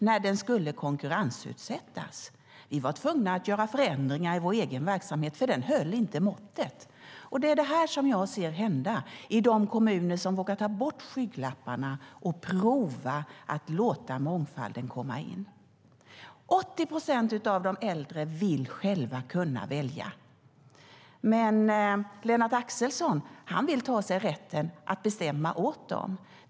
När den skulle konkurrensutsättas var vi tvungna att göra förändringar i den, för den höll inte måttet. Det är det här som jag ser hända i de kommuner som vågar ta bort skygglapparna och prova att låta mångfalden komma in. 80 procent av de äldre vill själva kunna välja, men Lennart Axelsson vill ta sig rätten att bestämma åt dem.